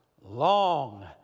long